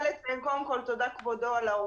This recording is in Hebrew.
קודם כול, תודה, כבודו, על האורכות.